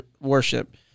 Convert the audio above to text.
worship